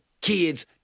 kid's